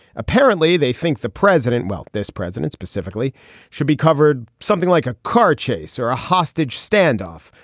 apparently they think the president well this president specifically should be covered something like a car chase or a hostage standoff.